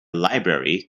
library